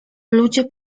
ludzie